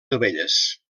dovelles